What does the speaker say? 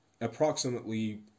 approximately